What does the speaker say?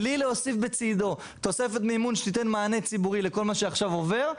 בלי להוסיף בצידו תוספת מימון שתיתן מענה ציבורי לכל מה שעכשיו עובר,